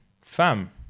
fam